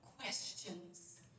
questions